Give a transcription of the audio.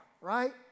right